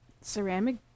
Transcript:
ceramic